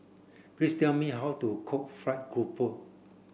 please tell me how to cook fried grouper